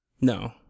No